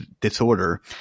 disorder